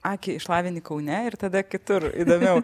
akį išlavini kaune ir tada kitur įdomiau